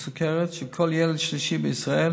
לסוכרת, שכל ילד שלישי בישראל